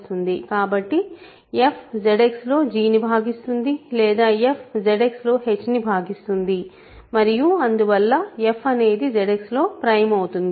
కాబట్టి f ZX లోg ని భాగిస్తుంది లేదా f అనేది ZX లో h ని భాగిస్తుంది మరియు అందువల్ల f అనేది ZX లో ప్రైమ్ అవుతుంది